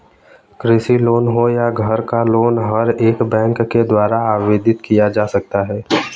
कृषि लोन हो या घर का लोन हर एक बैंक के द्वारा आवेदित किया जा सकता है